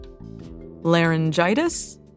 Laryngitis